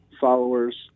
followers